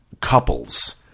couples